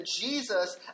Jesus